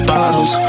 Bottles